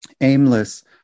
aimless